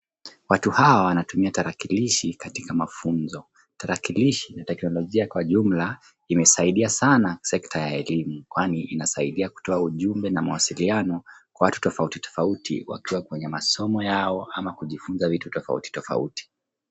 Watu hawa wanatumia tarakilishi katika mafunzo. Tarakilishi na teknolojia kwa jumla imesaidia sana sekta ya elimu kwani inasaidia kutoa ujumbe na mawasiliano, watu tofauti tofauti wakiwa kwenye masomo yao ama kujifunza vitu tofauti tofauti.